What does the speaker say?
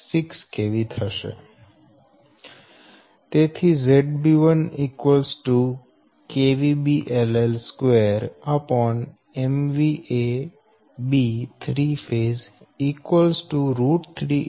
0 અને BLL 3X 12